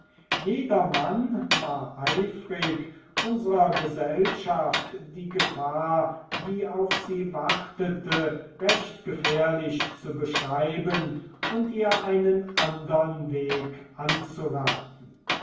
jedermann war eifrig unserer gesellschaft die gefahr die auf sie wartete recht gefährlich zu beschreiben und ihr einen andern weg anzuraten